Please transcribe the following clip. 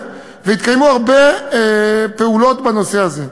והתקיימו הרבה פעולות בנושא הזה.